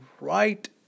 right